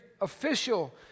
official